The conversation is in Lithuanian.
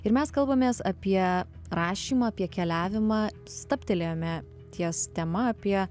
ir mes kalbamės apie rašymą apie keliavimą stabtelėjome ties tema apie